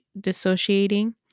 dissociating